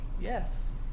Yes